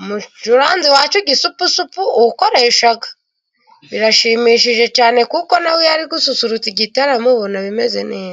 umucuranzi wacu Gisupusupu uwukoresha. Birashimishije cyane kuko nawe iyo ari gususurutsa igitaramo ubona bimeze neza.